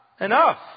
enough